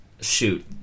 Shoot